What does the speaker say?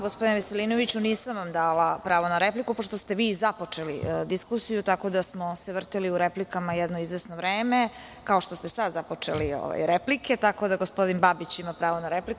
Gospodine Veselinoviću, nisam vam dala pravo na repliku pošto ste vi započeli diskusiju, tako da smo se vrteli u replikama jedno izvesno vreme, kao što smo sada započeli replike, tako da gospodin Babić ima pravo sada na repliku.